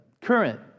current